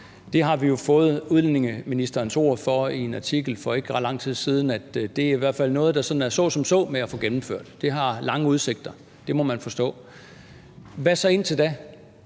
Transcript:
i hvert fald fået udlændingeministerens ord for i en artikel for ikke ret lang tid siden er noget, som det sådan er så som så med at få gennemført. Det har lange udsigter, må man forstå. Hvad så indtil da?